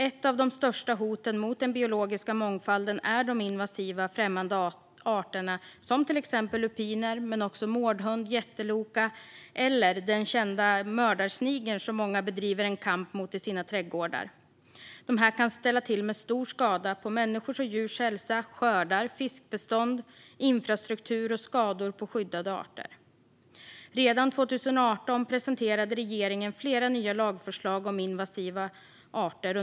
Ett av de största hoten mot den biologiska mångfalden är de invasiva främmande arterna, till exempel lupiner men också mårdhund, jätteloka eller den kända mördarsnigeln som många bedriver en kamp mot i sina trädgårdar. De kan ställa till med stor skada på människors och djurs hälsa, skördar, fiskbestånd, infrastruktur och ge skador på skyddade arter. Redan 2018 presenterade regeringen flera nya lagförslag om invasiva arter.